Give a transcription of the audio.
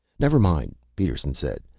never mind, peterson said.